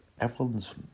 everyone's